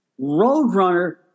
Roadrunner